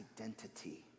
identity